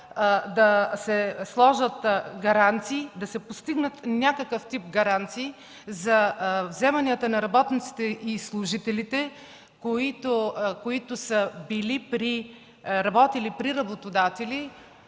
те са били с цел да се постигнат някакъв тип гаранции за вземанията на работниците и служителите, които са работили при работодатели,